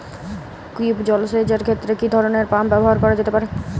কূপ জলসেচ এর ক্ষেত্রে কি ধরনের পাম্প ব্যবহার করা যেতে পারে?